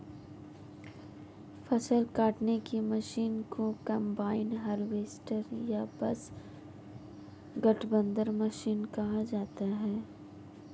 फ़सल काटने की मशीन को कंबाइन हार्वेस्टर या बस गठबंधन मशीन कहा जाता है